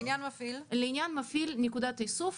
לעניין מפעיל נקודת איסוף,